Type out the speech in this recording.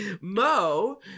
Mo